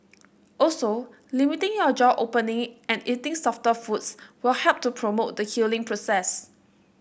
also limiting your jaw opening and eating softer foods will help to promote the healing process